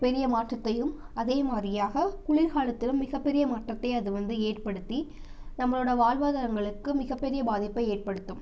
பெரிய மாற்றத்தையும் அதே மாதிரியாக குளிர் காலத்திலும் மிகப்பெரிய மாற்றத்தை அது வந்து ஏற்படுத்தி நம்மளோட வாழ்வாதாரங்களுக்கு மிகப்பெரிய பாதிப்பை ஏற்படுத்தும்